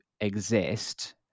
exist